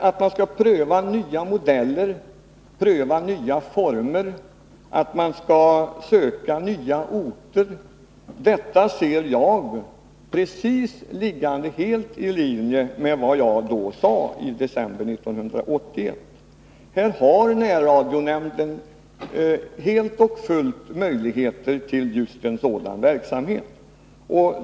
Att pröva nya modeller, nya former och söka nya orter, anser jag ligger helt i linje med vad jag uttalade då. Här har närradionämnden helt och fullt möjligheter till just en sådan verksamhet.